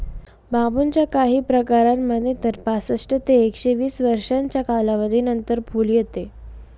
बांबूच्या काही प्रकारांमध्ये तर पासष्ट ते एकशे वीस वर्षांच्या कालावधीनंतर फुल येते